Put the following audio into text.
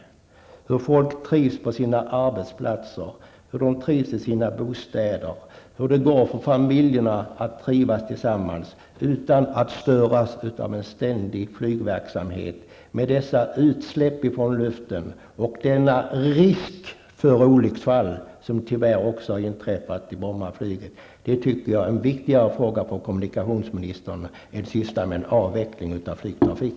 Jag tycker att det är viktigare för en kommunikationsminister att ägna sig åt frågor som hur folk trivs på sina arbetsplatser och i sina bostäder och hur familjerna kan trivas tillsammans utan att störas av en ständig flygverksamhet med tillhörande utsläpp i luften och risker för olycksfall -- sådana har tyvärr också inträffat i flygverksamheten på Bromma -- än att ägna sig åt avveckling av flygtrafik.